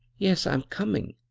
yes, i'm coming,